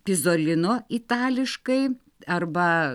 pizolino itališkai arba